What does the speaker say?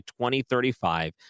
2035